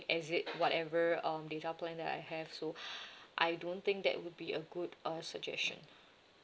exceed whatever um data plan that I have so I don't think that would be a good uh suggestion